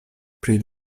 pri